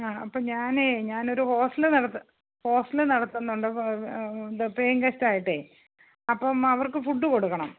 ആ അപ്പോൾ ഞാനേയ് ഞാനൊരു ഹോസ്റ്റല് നടത്തുക ഹോസ്റ്റല് നടത്തുന്നുണ്ട് ഇത് പേയിംഗ് ഗസ്റ്റായിട്ടേ അപ്പം അവർക്ക് ഫുഡ് കൊടുക്കണം